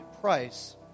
price